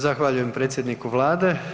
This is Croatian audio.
Zahvaljujem predsjedniku Vlade.